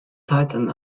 titan